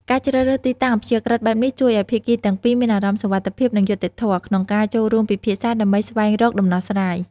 ការជ្រើសរើសទីតាំងអព្យាក្រឹតបែបនេះ ជួយឲ្យភាគីទាំងពីរមានអារម្មណ៍សុវត្ថិភាព និងយុត្តិធម៌ ក្នុងការចូលរួមពិភាក្សាដើម្បីស្វែងរកដំណោះស្រាយ។